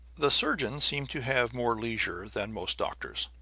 the surgeon seemed to have more leisure than most doctors.